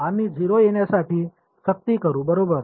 आम्ही 0 येण्यासाठी सक्ती करू बरोबर